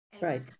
right